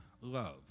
love